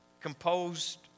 composed